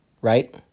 right